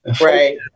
Right